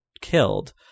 killed